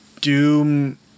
doom